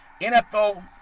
NFL